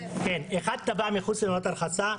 כן, אחד טבע מחוץ לעונת הרחצה.